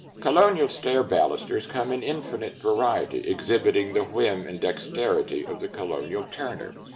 colonial stair balusters come in infinite variety, exhibiting the whim and dexterity of the colonial turner.